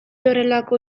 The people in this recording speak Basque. horrelako